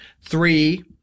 Three